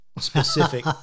specific